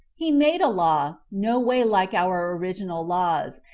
he made a law, no way like our original laws,